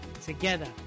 together